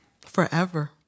Forever